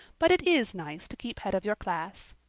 but it is nice to keep head of your class.